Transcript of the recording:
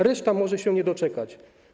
Reszta może się nie doczekać.